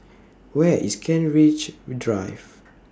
Where IS Kent Ridge Drive